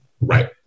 Right